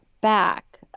back